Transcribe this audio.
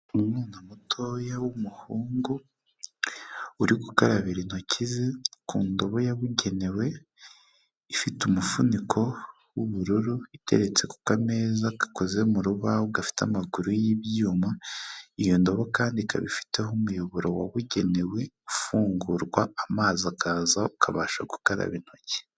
umwana mutoya w'umuhungu, uri gukarabira intoki ze ku ndobo yabugenewe, ifite umufuniko w'ubururu iteretse ku kameza gakoze mu rubaho gafite amaguru y'ibyuma, iyo ndobo kandi ikaba ifiteho umuyoboro wabugenewe, ufungurwa amazi akaza ukabasha gukaraba intoki.